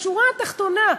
בשורה התחתונה,